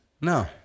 No